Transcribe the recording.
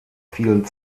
fielen